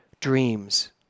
dreams